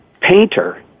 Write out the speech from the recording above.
Painter